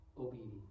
obedience